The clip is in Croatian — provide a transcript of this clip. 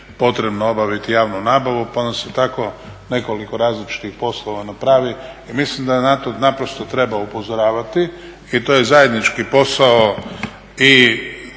potrebno obaviti javnu nabavu pa vam se tako nekoliko različitih poslova napravi. I mislim da na to naprosto treba upozoravati i to je zajednički posao i